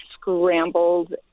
scrambled